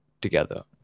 together